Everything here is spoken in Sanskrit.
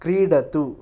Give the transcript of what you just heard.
क्रीडतु